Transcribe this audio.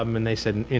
um and they said,